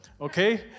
okay